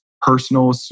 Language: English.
personal